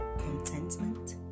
contentment